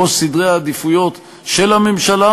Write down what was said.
בראש סדר העדיפויות של הממשלה,